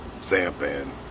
sampan